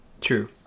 true